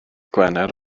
gwener